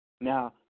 Now